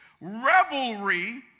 Revelry